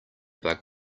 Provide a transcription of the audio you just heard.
bug